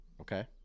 Okay